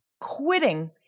Quitting